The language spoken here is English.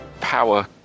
Power